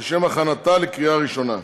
לשם הכנתה לקריאה ראשונה.